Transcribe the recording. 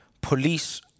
police